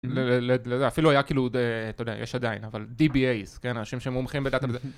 אפילו היה כאילו אתה יודע יש עדיין אבל dba כן אנשים שהם מומחים בדאטה וזה